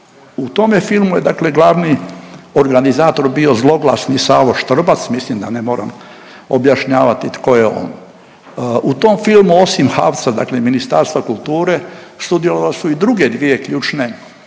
U tome filmu je dakle glavni organizator bio zloglasni Savo Štrbac, mislim da ne moram objašnjavati tko je on. U tom filmu osim HAVC-a, dakle Ministarstva kulture sudjelovale su i druge dvije ključne